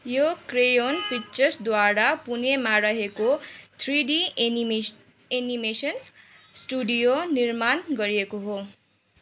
यो क्रेयोन पिक्चर्सद्वारा पुनेमा रहेको थ्रिडी एनिमेस एनिमेसन स्टुडियो निर्माण गरिएको हो